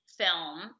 Film